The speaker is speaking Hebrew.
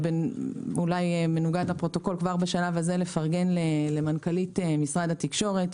אולי זה מנוגד לפרוטוקול אבל כבר בשלב הזה לפרגן למנכ"לית משרד התקשורת,